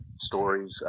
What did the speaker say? stories